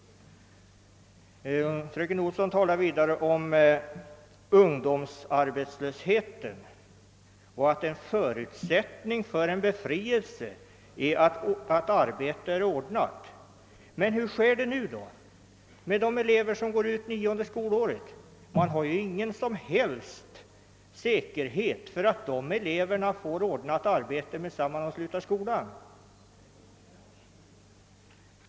Vidare talar fröken Olsson om ungdomsarbetslösheten och om att en förutsättning för befrielse är att arbete redan är ordnat. Men hur sker det för närvarande med de elever som går ut det nionde skolåret? Vi har ingen som helst säkerhet för att dessa elever får ordnat arbete omedelbart efter det att de slutar skolan.